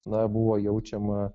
na buvo jaučiama